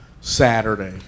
Saturday